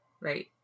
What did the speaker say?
Right